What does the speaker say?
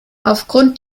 aufgrund